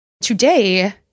Today